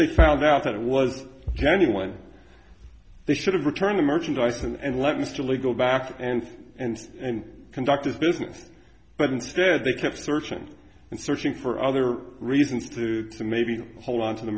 they found out that it was genuine they should have returned the merchandise and let mr legal back and and and conduct his business but instead they kept searching and searching for other reasons to maybe hold on to the